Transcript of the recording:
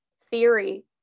theory